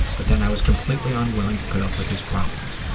but then i was completely unwilling to put up with his problems.